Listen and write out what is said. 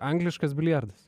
angliškas biliardas